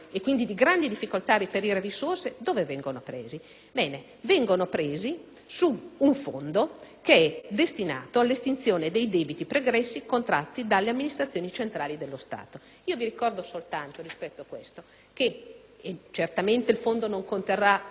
su un fondo destinato all'estinzione di debiti pregressi contratti dalle amministrazioni centrali dello Stato. Ricordo, al riguardo, soltanto che certamente il fondo non conterrà quanto sufficiente a risolvere il problema, ma le amministrazioni pubbliche